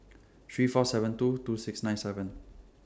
three four seven two two six nine seven